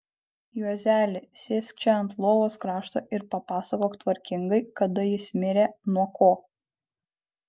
juozeli sėsk čia ant lovos krašto ir papasakok tvarkingai kada jis mirė nuo ko